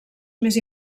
més